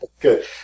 Good